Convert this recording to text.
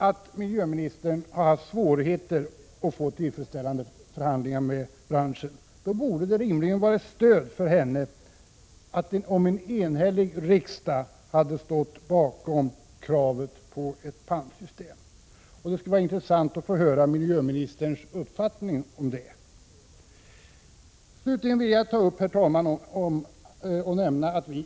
Om miljöministern har haft svårigheter att få till stånd förhandlingar med branschen i fråga, bör det rimligen vara ett stöd för henne om en enhällig riksdag ställer sig bakom kravet på ett pantsystem. Det vore intressant att få höra miljöministerns uppfattning om det.